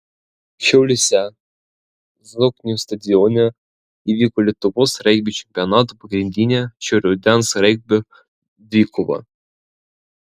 šiauliuose zoknių stadione įvyko lietuvos regbio čempionato pagrindinė šio rudens regbio dvikova